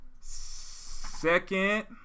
Second